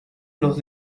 los